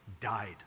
died